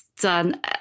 done